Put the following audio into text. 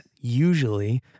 usually